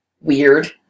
Weird